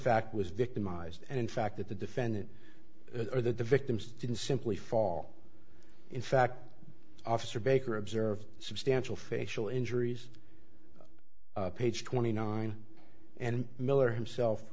fact was victimized and in fact that the defendant or the victims didn't simply fall in fact officer baker observed substantial facial injuries page twenty nine and miller himself